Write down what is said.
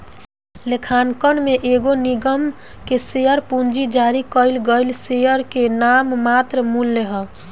लेखांकन में एगो निगम के शेयर पूंजी जारी कईल गईल शेयर के नाममात्र मूल्य ह